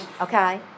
Okay